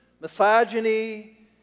misogyny